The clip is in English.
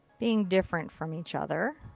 being different from each other.